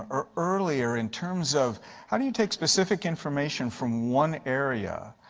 ah earlier, in terms of how to take specific information from one area,